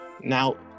now